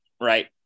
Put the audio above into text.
right